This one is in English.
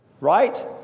Right